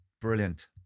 Brilliant